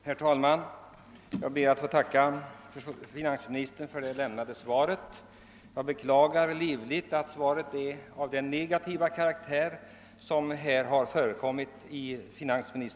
Herr talman! Jag ber att få tacka finansministern för svaret men beklagar livligt att det är av negativ karaktär.